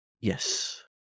Yes